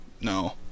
No